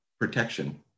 protection